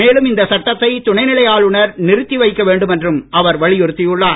மேலும் இந்த சட்டத்தை துணைநிலை ஆளுநர் நிறுத்தி வைக்க வேண்டும் என்றும் அவர் வலியுறுத்தியுள்ளார்